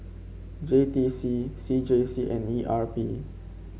J T C C J C and E R P